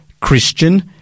Christian